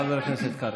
חבר הכנסת קרעי,